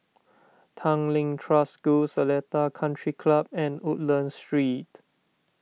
Tanglin Trust School Seletar Country Club and Woodlands Street